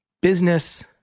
business